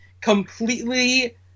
completely